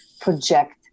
project